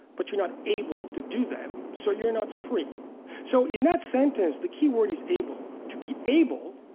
but you're not able to do them, so you're not free so in that sentence, the key word is able. to be able,